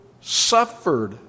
suffered